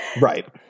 Right